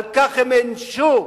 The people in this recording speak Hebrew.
על כך הם נענשו,